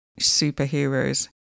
superheroes